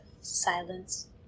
silence